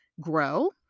grow